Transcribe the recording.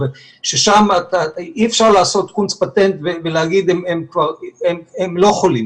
ששם אי אפשר לעשות קונץ פטנט ולהגיד שהם לא חולים,